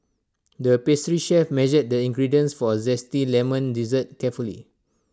the pastry chef measured the ingredients for Zesty Lemon Dessert carefully